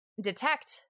detect